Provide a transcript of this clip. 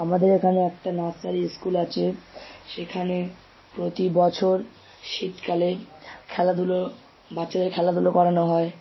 আমাদের এখানে একটা নার্সারি স্কুল আছে সেইখানে প্রতিবছর শীতকালে খেলাধুলো বাচ্চাদের খেলাধুলো করানো হয়